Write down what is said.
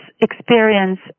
experience